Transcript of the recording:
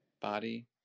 body